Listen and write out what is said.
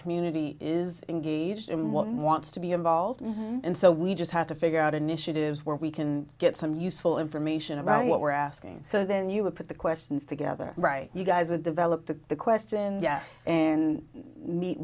community is engaged in one wants to be involved and so we just have to figure out initiatives where we can get some useful information about what we're asking so then you would put the questions together right you guys would develop the question yes and meet